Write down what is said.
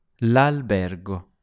L'albergo